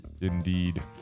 Indeed